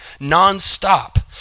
nonstop